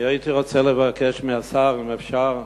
אני הייתי רוצה לבקש מהשר, אם אפשר,